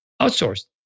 outsourced